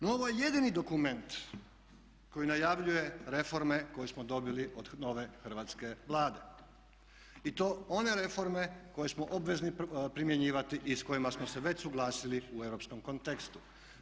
No, ovo je jedini dokument koji najavljuje reforme koje smo dobili od nove hrvatske Vlade i to one reforme koje smo obvezni primjenjivati i s kojima smo se već suglasili u europskom kontekstu.